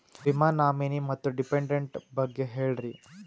ವಿಮಾ ನಾಮಿನಿ ಮತ್ತು ಡಿಪೆಂಡಂಟ ಬಗ್ಗೆ ಹೇಳರಿ?